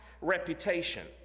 reputation